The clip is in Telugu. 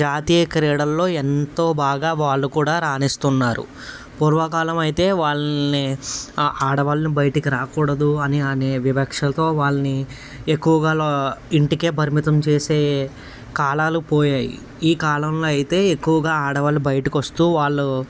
జాతీయ క్రీడల్లో ఎంతో బాగా వాళ్ళు కూడా రానిస్తున్నారు పూర్వ కాలం అయితే వాళ్ళని ఆడవాళ్ళని బయటకి రాకూడదు అని అనే వివక్షతో వాళ్ళని ఎక్కువుగా ఇంటికే పరిమితం చేసే కాలాలు పోయాయి ఈ కాలంలో అయితే ఎక్కువుగా ఆడవాళ్ళు బయటకి వస్తూ వాళ్ళు